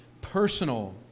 personal